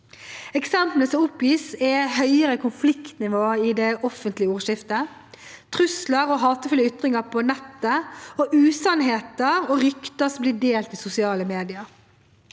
Eksemplene som oppgis, er høyere konfliktnivå i det offentlige ordskiftet, trusler og hatefulle ytringer på nettet og usannheter og rykter som blir delt i sosiale medier.